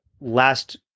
last